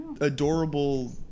adorable